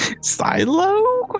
Silo